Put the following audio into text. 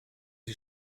die